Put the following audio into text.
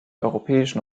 europäischen